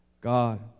God